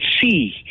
see